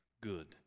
good